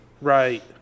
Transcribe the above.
right